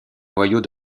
noyau